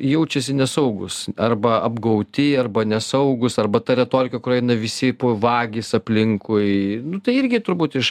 jaučiasi nesaugūs arba apgauti arba nesaugūs arba ta retorika kuri eina visi vagys aplinkui nu tai irgi turbūt iš